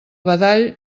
badall